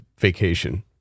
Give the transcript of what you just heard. vacation